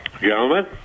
Gentlemen